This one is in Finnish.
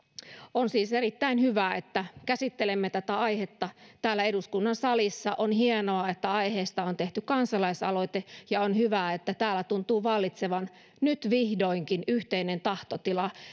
on siis erittäin hyvä että käsittelemme tätä aihetta täällä eduskunnan salissa on hienoa että aiheesta on tehty kansalaisaloite ja on hyvä että täällä tuntuu vallitsevan nyt vihdoinkin yhteinen tahtotila